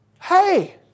Hey